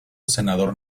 senador